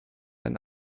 ein